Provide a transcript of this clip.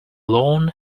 long